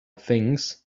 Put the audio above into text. things